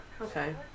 Okay